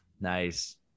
Nice